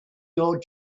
your